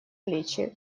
плечи